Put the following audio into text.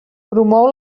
promou